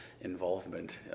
involvement